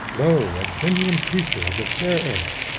lo! a genuine creature of the fair earth,